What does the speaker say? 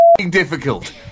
difficult